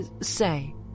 Say